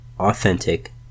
Authentic